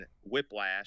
Whiplash